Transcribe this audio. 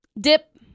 Dip